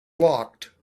locked